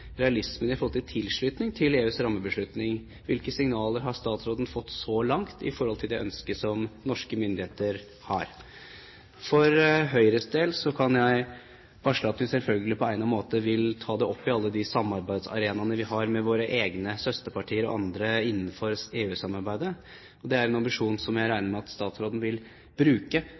realismen i forhold til tilslutning til EUs rammebeslutning. Hvilke signaler har statsråden fått så langt i forhold til det ønsket som norske myndigheter har? For Høyres del kan jeg varsle at vi selvfølgelig på egnet måte vil ta det opp i alle de samarbeidsarenaene vi har med våre egne søsterpartier og andre innenfor EU-samarbeidet. Det er en ambisjon som jeg regner med at statsråden vil bruke